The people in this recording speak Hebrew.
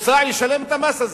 ישלם את המס הזה,